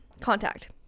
contact